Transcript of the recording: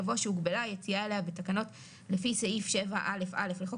יבוא שהוגבלה היציאה אליה בתקנות לפי סעיף 7 א' א' לחוק